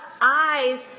eyes